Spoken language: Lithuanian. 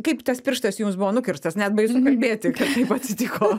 kaip tas pirštas jums buvo nukirstas net baisu kalbėti kad taip atsitiko